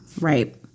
Right